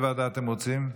איזו ועדה אתם רוצים?